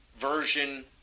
version